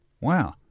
Wow